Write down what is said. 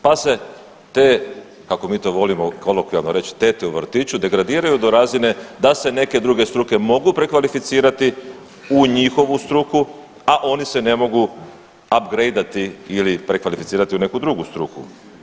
Pa se te kako mi to volimo kolokvijalno reći tete u vrtiću degradiraju do razine da se neke druge struke mogu prekvalificirati u njihovu struku, a one se ne mogu upgradeati ili prekvalificirati u neku drugu struku.